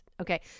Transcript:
Okay